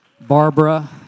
Barbara